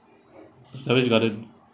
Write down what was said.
savage garden